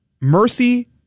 Mercy